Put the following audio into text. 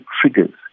triggers